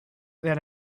that